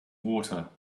water